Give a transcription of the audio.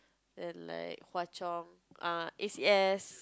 and like Hwa Chong err A_C_S